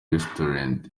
restaurant